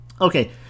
Okay